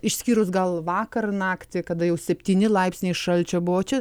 išskyrus gal vakar naktį kada jau septyni laipsniai šalčio buvo čia